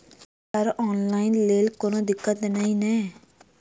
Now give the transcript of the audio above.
Sir online लैल कोनो दिक्कत न ई नै?